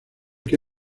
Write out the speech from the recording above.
que